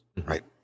right